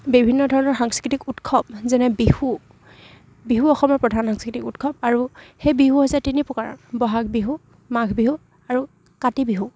বিভিন্ন ধৰণৰ সাংস্কৃতিক উৎসৱ যেনে বিহু বিহু অসমৰ প্ৰধান সাংস্কৃতিক উৎসৱ আৰু সেই বিহু হৈছে তিনি প্ৰকাৰৰ বহাগ বিহু মাঘ বিহু আৰু কাতি বিহু